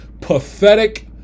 pathetic